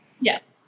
yes